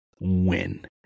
win